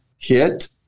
hit